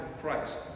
Christ